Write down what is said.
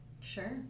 Sure